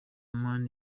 man